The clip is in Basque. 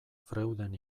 freuden